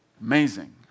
Amazing